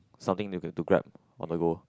something they can to grab on the go